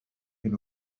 hyn